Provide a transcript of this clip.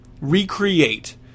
recreate